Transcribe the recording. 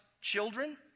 children